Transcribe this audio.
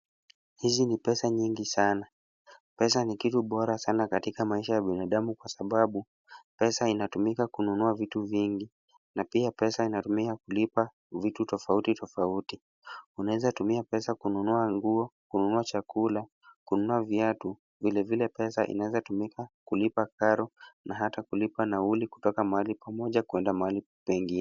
Hizi ni pesa nyingi sana. Pesa ni kitu bora katika maisha ya binadamu kwa sababu pesa inatumika kununua vitu vingi na pia pesa inatumika kulipa vitu tofauti tofauti. Unaweza tumia pesa kununua nguo, kununua chakula, kununua viatu vilevile pesa inaeza tumika kulipa karo na hata kulipa nauli kutoka mahali pamoja kwenda mahali pengine.